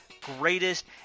greatest